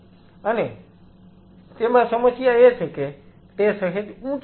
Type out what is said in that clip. અને તેમાં સમસ્યા એ છે કે તે સહેજ ઊંચા છે